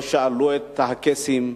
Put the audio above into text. לא שאלו את הקייסים,